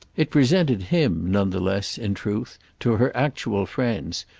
it presented him none the less, in truth, to her actual friends,